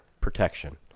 protection